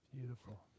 Beautiful